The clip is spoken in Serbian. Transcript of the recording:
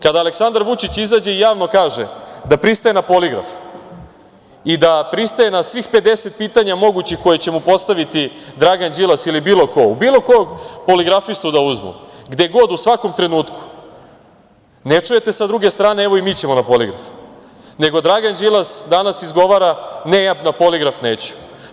Kada Aleksandar Vučić izađe i kaže javno da pristaje na poligraf i da pristaje na svih 50 mogućih pitanja koja će mu postaviti Dragan Đilas ili bilo ko, bilo kog poligrafistu da uzmu, gde god u svakom trenutku, ne čujete sa druge strane – evo i mi ćemo na poligraf nego Dragan Đilas danas izvara – ja na poligraf neću.